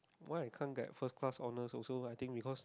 why I can't get first class honour also I think because